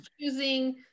choosing